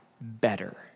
better